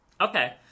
okay